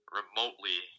remotely